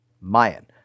Mayan